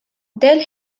dale